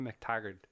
McTaggart